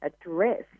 address